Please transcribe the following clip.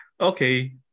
okay